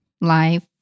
Life